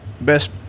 Best